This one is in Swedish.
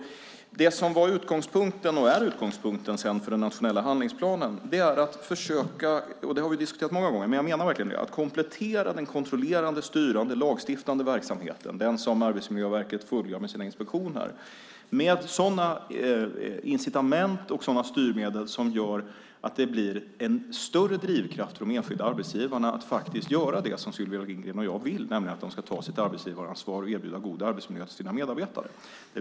Det som var utgångspunkten och är utgångspunkten för den nationella handlingsplanen är att försöka - det har vi diskuterat många gånger, men jag menar verkligen det - komplettera den kontrollerande, styrande, lagstiftande verksamheten, den som Arbetsmiljöverket fullgör med sina inspektioner, med sådana incitament och sådana styrmedel som gör att det blir en större drivkraft för de enskilda arbetsgivarna att faktiskt göra det som Sylvia Lindgren och jag vill, nämligen ta sitt arbetsgivaransvar och erbjuda sina medarbetare en god arbetsmiljö.